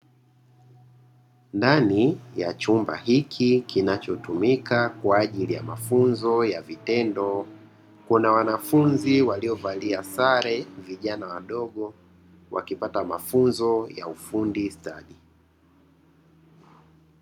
Ndani ya chumba hiki kinachotumika kwa ajili ya mafunzo ya vitendo, kuna wanafunzi waliovalia sare; vijana wadogo wakipata mafunzo ya ufundi stadi.